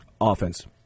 Offense